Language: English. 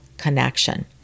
connection